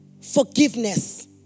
Forgiveness